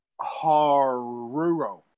Haruro